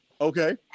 okay